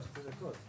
יש פה 80 ו-29.